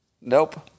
Nope